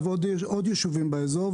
זה נוגע לעוד יישובים באזור,